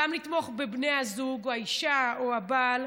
גם לתמוך בבני הזוג או האישה או הבעל,